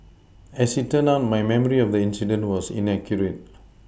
as it turned out my memory of the incident was inaccurate